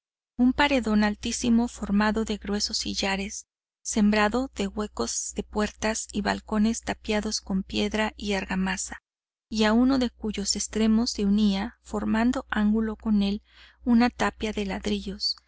un paredón altísimo formado de gruesos sillares sembrado de huecos de puertas y balcones tapiados con piedra y argamasa y a uno de cuyos extremos se unía formando ángulo con él una tapia de ladrillos